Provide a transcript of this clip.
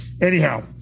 Anyhow